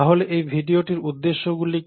তাহলে এই ভিডিওটির উদ্দেশ্যগুলি কি